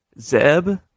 Zeb